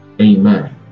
Amen